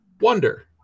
Wonder